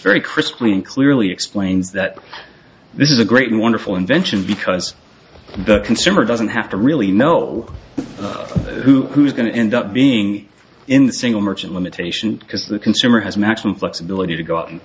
crisply and clearly explains that this is a great and wonderful invention because the consumer doesn't have to really know who who is going to end up being in the single merchant limitation because the consumer has maximum flexibility to go out and